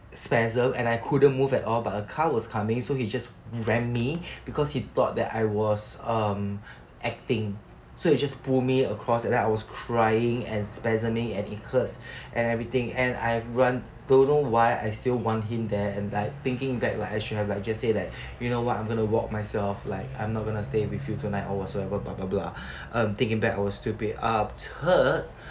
spasm and I couldn't move at all but a car was coming so he just ran me because he thought that I was um acting so he just pull me across and then I was crying and spasming and it hurts and everything and I run don't know why I still want him there and like thinking back like I should have like just said that you know what I'm gonna walk myself like I'm not gonna stay with you tonight or whatsoever blah blah blah um thinking back I was stupid after